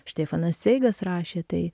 štefanas cveigas rašė tai